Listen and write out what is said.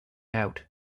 out